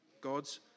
God's